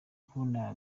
kubona